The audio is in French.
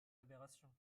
aberrations